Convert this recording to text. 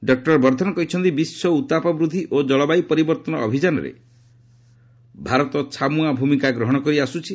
doctor Vardhan କହିଛନ୍ତି ବିଶ୍ୱ ଉତ୍ତାପ ବୂଦ୍ଧି ଓ ଜଳବାୟୁ ପରିବର୍ତ୍ତନ ଅଭିଯାନରେ ଭାରତ ଛାମୁଆ ଭୂମିକା ଗ୍ରହଣ କରି ଆସୁଛି